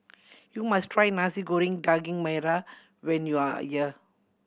you must try Nasi Goreng Daging Merah when you are here